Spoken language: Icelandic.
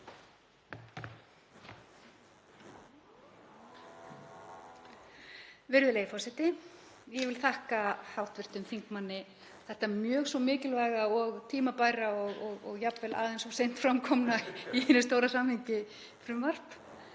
Virðulegi forseti. Ég vil þakka hv. þingmanni þetta mjög svo mikilvæga og tímabæra, og jafnvel aðeins of seint fram komna í hinu stóra samhengi, frumvarp.